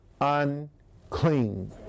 unclean